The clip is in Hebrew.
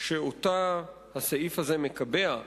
שהסעיף הזה מקבע,